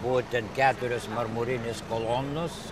o ten keturios marmurinės kolonos